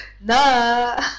no